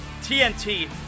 TNT